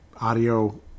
audio